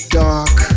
dark